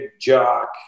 jock